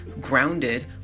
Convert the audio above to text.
grounded